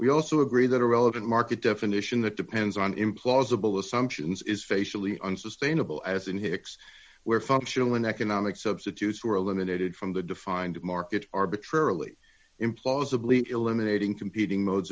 we also agree that a relevant market definition that depends on implausible assumptions is facially unsustainable as in hicks where function when economic substitutes were eliminated from the defined market arbitrarily implausibly eliminating competing modes